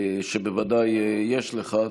שבוודאי יש לך,